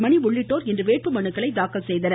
money உள்ளிட்டோர் இன்று வேட்புமனுக்களை தாக்கல் செய்தனர்